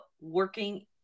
working